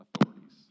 authorities